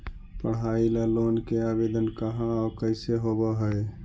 पढाई ल लोन के आवेदन कहा औ कैसे होब है?